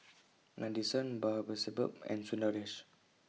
Nadesan Babasaheb and Sundaresh